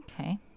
Okay